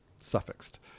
suffixed